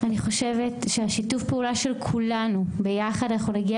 אני חושבת שעם שיתוף פעולה של כולנו ביחד אנחנו נגיע